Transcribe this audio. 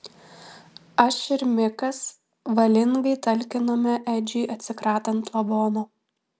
aš ir mikas valingai talkinome edžiui atsikratant lavono